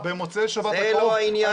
במוצאי השבת הקרוב --- זה לא העניין,